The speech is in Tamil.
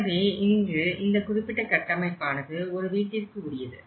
எனவே இங்கு இந்த குறிப்பிட்ட கட்டமைப்பானது ஒரு வீட்டிற்கு உரியது